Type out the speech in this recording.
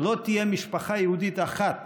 לא תהיה משפחה יהודית אחת